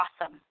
awesome